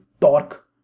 Torque